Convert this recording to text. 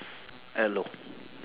hello